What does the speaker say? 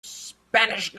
spanish